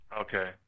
Okay